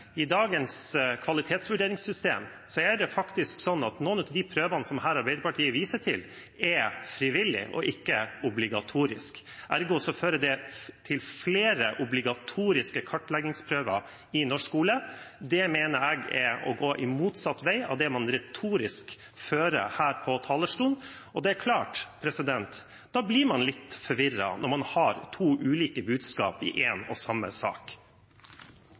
i dagens kvalitetsvurderingssystem er det slik at noen av de prøvene som Arbeiderpartiet her viser til, er frivillig, ikke obligatorisk. Ergo fører det til flere obligatoriske kartleggingsprøver i norsk skole. Det mener jeg er å gå motsatt vei av det man retorisk framfører her fra talerstolen – og det er klart man blir litt forvirret når det er to ulike budskap i en og samme sak.